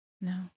No